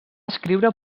escriure